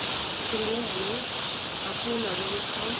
त्यसरी नै हामी फुलहरू रोप्छौँ